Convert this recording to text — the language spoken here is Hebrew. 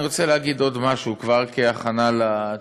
אני רוצה להגיד כבר עוד משהו כהכנה לתשובות.